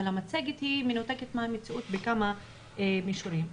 אבל המצגת היא מנותקת מהמציאות בכמה מישורים.